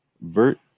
vert